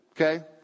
okay